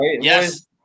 yes